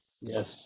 Yes